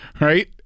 right